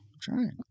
trying